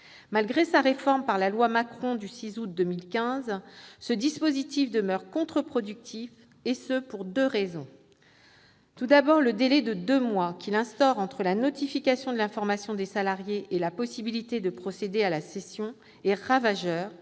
économiques, dite « loi Macron », ce dispositif demeure contre-productif, et ce pour deux raisons. En premier lieu, le délai de deux mois qu'il instaure entre la notification de l'information des salariés et la possibilité de procéder à la cession est ravageur-